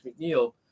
McNeil